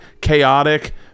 chaotic